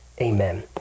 Amen